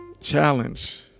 Challenge